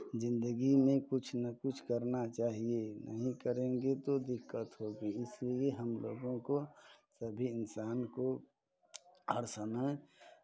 ज़िंदगी में कुछ ना कुछ करना चाहिये नहीं करेंगे तो दिक्कत होगी इसलिये हम लोगों को सभी इंसान को हर समय